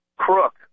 crook